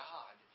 God